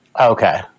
Okay